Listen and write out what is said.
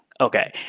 Okay